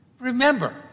Remember